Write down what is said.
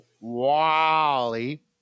wally